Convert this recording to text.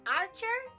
archer